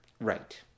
Right